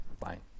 fine